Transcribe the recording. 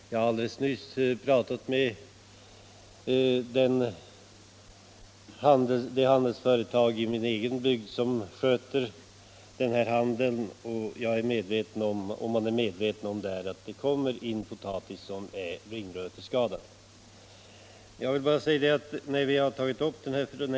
Jag har helt nyligen talat med det företag i min egen bygd som sköter denna handel, och där är man medveten om att det kommer in potatis i vårt land som är ringröteskadad.